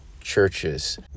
churches